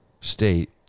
state